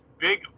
big